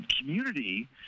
community